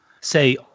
say